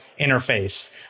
interface